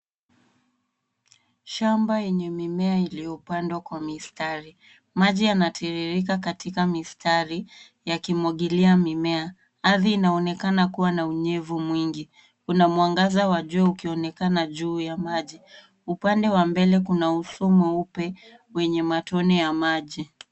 Shamba yenye mimea iliyopandwa kwa mistari, maji yanatiririka katika mistari yakimwagilia mimea. Ardhi inaonekana kuwa na unyevu mwingi. Kuna mwangaza wa jua ukionekana juu ya maji. Upande wa mbele kuna ufuo mweupe wenye matone ya maji.